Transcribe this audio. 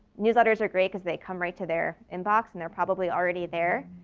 newsletters are great cuz they come right to their inbox and they're probably already there.